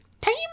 Time